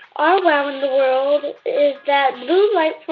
our wow in the world that blue light